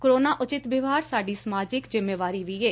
corona ਉਚਿਤ ਵਿਵਹਾਰ ਸਾਡੀ ਸਮਾਜਿਕ ਜਿੰਮੇਵਾਰੀ ਵੀ ਐ